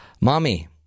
Mommy